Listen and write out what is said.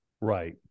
right